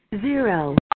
zero